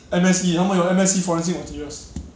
M_S_E 他们有 M_S_E forensic materials